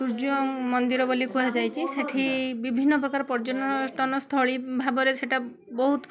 ସୂର୍ଯ୍ୟ ମନ୍ଦିର ବୋଲି କୁହାଯାଇଛି ସେଠି ବିଭିନ୍ନ ପ୍ରକାର ପର୍ଯ୍ୟଟନ ସ୍ଥଳୀ ଭାବରେ ସେଟା ବହୁତ